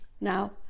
Now